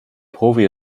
profi